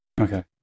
Okay